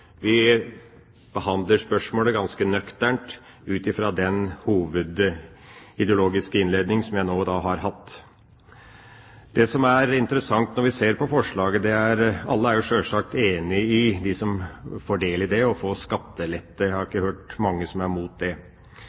Vi behandler spørsmålet ganske nøkternt ut fra den hovedideologiske innledning jeg nå har hatt. Det som er interessant når vi ser på forslaget, er at alle er sjølsagt enig i at de som får del i dette, får skattelette. Jeg har ikke hørt mange som er imot det.